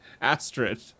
Astrid